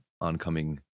oncoming